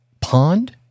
Pond